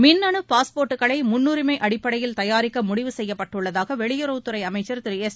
மின்னு பாஸ்போர்ட்களை முன்னுரிமை அடிப்படையில் தயாரிக்க முடிவு செய்யப்பட்டுள்ளதாக வெளியுறவுத்துறை அமைச்சர் திரு எஸ்